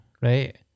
right